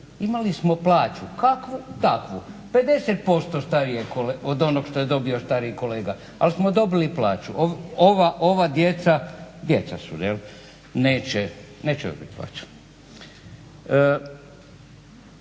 imali smo plaću kakvu takvu, 50% od onog što je dobio stariji kolega, ali smo dobili plaću. Ova djeca, djeca su je li, neće dobiti plaću.